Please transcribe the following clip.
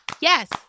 Yes